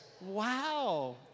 Wow